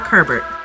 Herbert